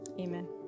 Amen